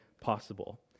possible